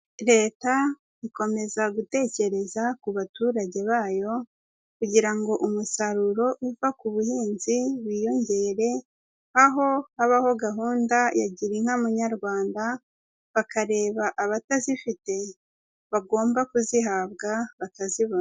Leta ikomeza gutekereza ku baturage bayo kugira ngo umusaruro uva ku buhinzi wiyongere, aho habaho gahunda ya Gira inka Munyarwanda, bakareba abatazifite bagomba kuzihabwa bakazibona.